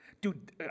Dude